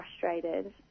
frustrated